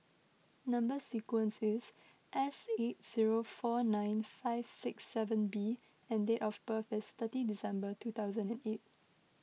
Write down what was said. Number Sequence is S eight zero four nine five six seven B and date of birth is thirty December two thousand and eight